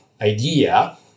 idea